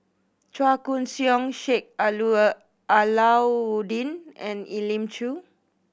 Chua Koon Siong Sheik Alau'ddin and Elim Chew